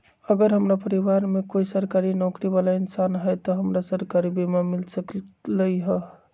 अगर हमरा परिवार में कोई सरकारी नौकरी बाला इंसान हई त हमरा सरकारी बीमा मिल सकलई ह?